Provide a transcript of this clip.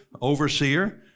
overseer